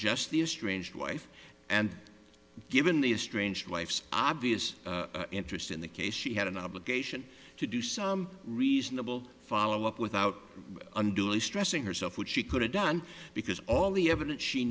just the estranged wife and given the estranged wife's obvious interest in the case she had an obligation to do some reasonable follow up without unduly stressing herself which she could have done because all the evidence she